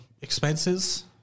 expenses